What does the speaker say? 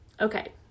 Okay